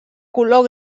color